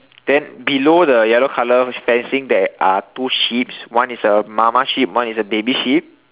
then below the yellow colour fencing there are two sheeps one is a mama sheep one is a baby sheep